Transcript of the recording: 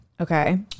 Okay